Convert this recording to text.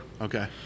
Okay